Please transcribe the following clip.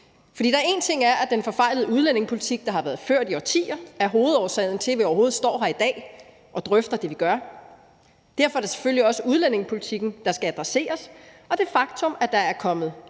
for en ting er, at den forfejlede udlændingepolitik, der har været ført i årtier, er hovedårsagen til, at vi overhovedet står her i dag og drøfter det, vi gør. Derfor er det selvfølgelig også udlændingepolitikken, der skal adresseres – og det faktum, at der er kommet alt